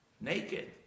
Naked